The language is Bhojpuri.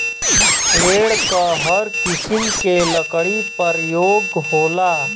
पेड़ क हर किसिम के लकड़ी परयोग होला